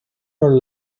her